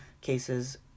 cases